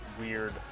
weird